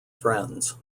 friends